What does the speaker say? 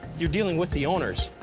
you're dealing with the owners.